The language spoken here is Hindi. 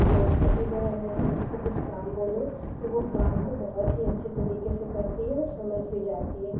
जो छोटी बहन है उसको कुछ काम बोलो तो वो काम को बहुत ही अच्छे तरीके से करती है और समझ भी जाती है